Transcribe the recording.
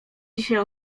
dzisiaj